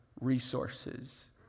resources